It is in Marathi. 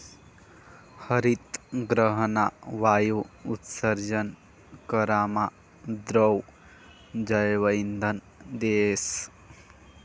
हरितगृहना वायु उत्सर्जन करामा द्रव जैवइंधन देस